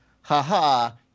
ha-ha